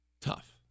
tough